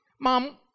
mom